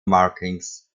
markings